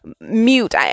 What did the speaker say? mute